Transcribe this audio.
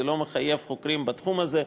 זה לא מחייב חוקרים בתחום הזה.